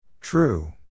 True